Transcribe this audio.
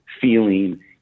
feeling